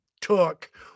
took